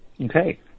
Okay